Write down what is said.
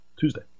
Tuesday